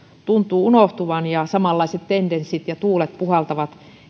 tuntuvat unohtuvan ja samanlaiset tendenssit ja tuulet puhaltavat